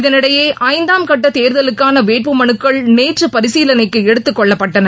இதனிடையே ஐந்தாம் கட்ட தேர்தலுக்கான வேட்பு மலுக்கள் நேற்று பரிசீலனைக்கு எடுத்துக் கொள்ளபட்டன